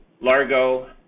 Largo